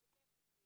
משקפת.